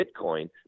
Bitcoin